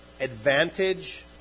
advantage